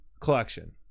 collection